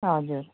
हजुर